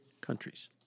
countries